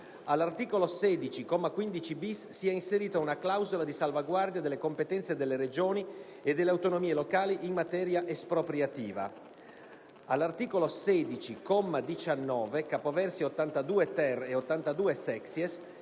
all'articolo 16, comma 15-*bis*, sia inserita una clausola di salvaguardia delle competenze delle Regioni e delle autonomie locali in materia espropriativa; - all'articolo 16, comma 19, capoversi 82-*ter* e 82-*sexies*,